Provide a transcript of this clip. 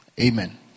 Amen